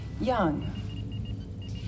Young